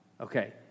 Okay